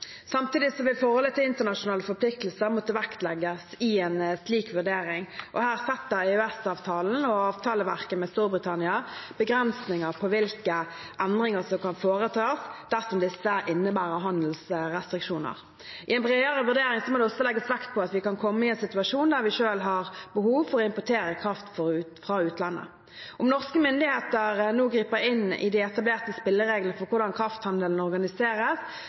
Samtidig vil forholdet til internasjonale forpliktelser måtte vektlegges i en slik vurdering. Her setter EØS-avtalen og avtaleverket med Storbritannia begrensninger på hvilke endringer som kan foretas, dersom disse innebærer handelsrestriksjoner. I en bredere vurdering må det også legges vekt på at vi kan komme i en situasjon der vi selv har behov for å importere kraft fra utlandet. Om norske myndigheter nå griper inn i de etablerte spillereglene for hvordan krafthandelen organiseres,